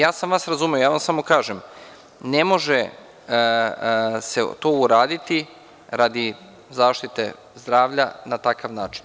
Ja sam vas razumeo, samo vam kažem – ne može se to uraditi radi zaštite zdravlja na takav način.